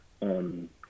on